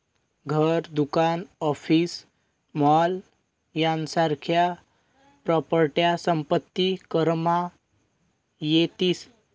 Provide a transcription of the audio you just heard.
घर, दुकान, office, mall यासारख्या प्रॉपर्ट्या संपत्ती करमा येतीस